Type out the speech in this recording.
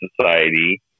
Society